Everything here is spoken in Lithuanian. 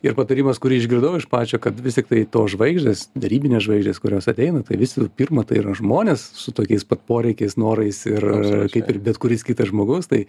ir patarimas kurį išgirdau iš pačio kad vis tiktai tos žvaigždės derybinės žvaigždės kurios ateina tai visų pirma tai yra žmonės su tokiais pat poreikiais norais ir kaip ir bet kuris kitas žmogus tai